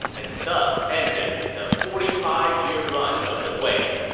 and thus ended the forty five year run of the wei.